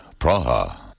Praha